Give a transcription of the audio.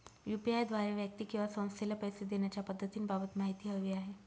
UPI द्वारे व्यक्ती किंवा संस्थेला पैसे देण्याच्या पद्धतींबाबत माहिती हवी आहे